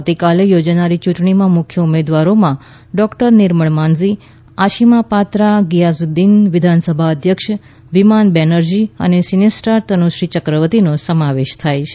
આવતીકાલે યોજનારી ચુંટણીમાં મુખ્ય ઉમેદવારોમાં ડોક્ટર નિર્મળ માંઝી આશીમાં પાત્રા ગિયાસુદ્દીન વિધાનસભા અધ્યક્ષ વિમાન બેનેરજી અને સિનેસ્ટાર તનુશ્રી ચક્રવર્તીનો સમાવેશ થાય છે